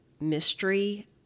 mystery